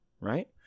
right